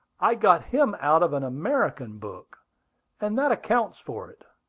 i got him out of an american book and that accounts for it!